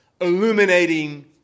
illuminating